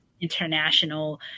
international